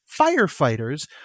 firefighters